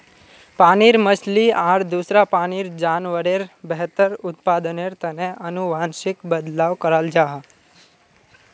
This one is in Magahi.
पानीर मछली आर दूसरा पानीर जान्वारेर बेहतर उत्पदानेर तने अनुवांशिक बदलाव कराल जाहा